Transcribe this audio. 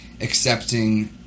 accepting